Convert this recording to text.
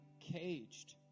caged